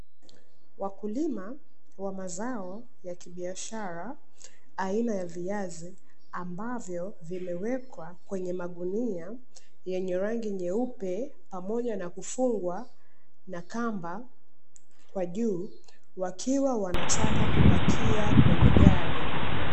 Wakulima wa mazao ya kibiashara aina ya viazi, ambavyo vimewekwa kwenye magunia yenye rangi nyeupe, pamoja na kufungwa na kamba kwa juu, wakiwa wanataka kupakia kwenye gari.